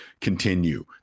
continue